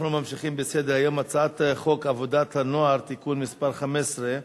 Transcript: אנחנו ממשיכים בסדר-היום: הצעת חוק עבודת הנוער (תיקון מס' 15)